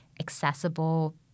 accessible